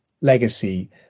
legacy